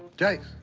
jase,